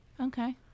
okay